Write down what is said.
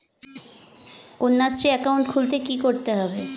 Kanyashree account খুলতে কী করতে হবে?